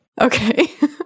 Okay